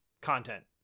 content